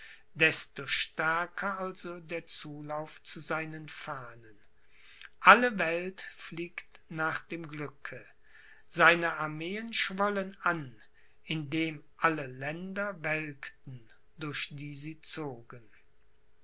desto stärker also der zulauf zu seinen fahnen alle welt fliegt nach dem glücke seine armeen schwollen an indem alle länder welkten durch die sie zogen